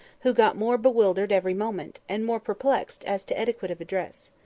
who got more bewildered every moment, and more perplexed as to etiquettes of address.